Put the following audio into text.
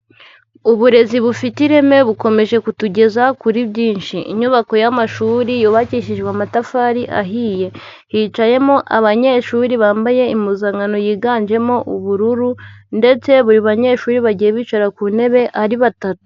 Uburezi bufite ireme bukomeje kutugeza kuri byinshi. Inyubako y'amashuri yubakishijwe amatafari ahiye, hicayemo abanyeshuri bambaye impuzankano yiganjemo ubururu, ndetse buri banyeshuri bagiye bicara ku ntebe ari batatu.